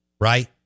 right